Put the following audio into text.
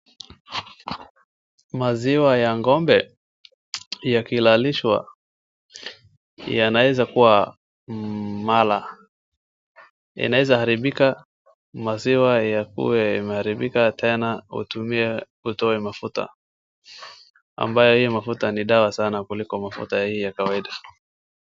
Maziwa ya ngombe yakilalishwa yanaeza kuwa mala, inaeza haribika maziwa yakuwe yameharibika tena utumie utoe mafuta, ambayo hiyo mafuta ni dawa sana kuliko mafuta hii ya kawaida.